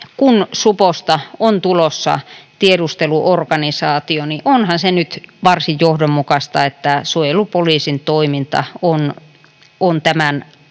kun suposta on tulossa tiedusteluorganisaatio, onhan se nyt varsin johdonmukaista, että suojelupoliisin toiminta on tämän